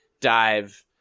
dive